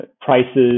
prices